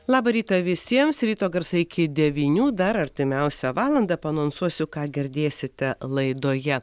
labą rytą visiems ryto garsai iki devynių dar artimiausią valandą paanonsuosiu ką girdėsite laidoje